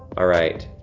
all right,